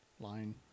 Line